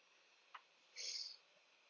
s~